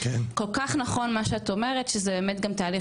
כל כך נכון מה שאת אומרת שזה האמת גם תהליך